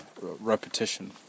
repetition